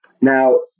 Now